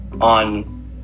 on